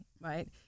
right